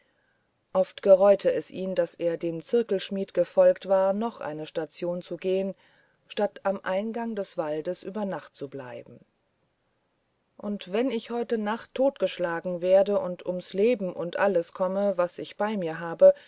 oft gereute es ihn daß er dem zirkelschmidt gefolgt war noch eine station zu gehen statt am eingang des waldes über nacht zu bleiben und wenn ich heute nacht totgeschlagen werde und ums leben und alles komme was ich bei mir habe